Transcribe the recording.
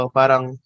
parang